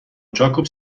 جاکوب